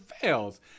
fails